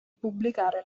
pubblicare